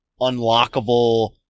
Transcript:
unlockable